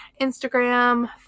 Instagram